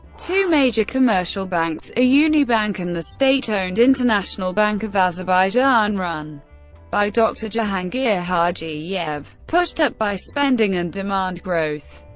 two major commercial banks are ah unibank and the state-owned international bank of azerbaijan, run by dr. jahangir hajiyev. pushed up by spending and demand growth,